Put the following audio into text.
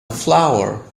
flower